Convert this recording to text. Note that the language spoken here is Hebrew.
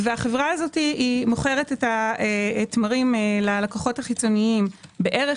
החברה הזאת מוכרת את התמרים ללקוחות החיצוניים בערך